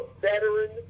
veteran